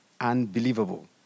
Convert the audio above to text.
unbelievable